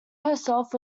herself